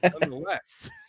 nonetheless